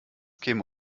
käme